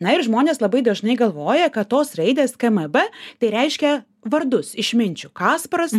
na ir žmonės labai dažnai galvoja kad tos raidės kmb tai reiškia vardus išminčių kasparas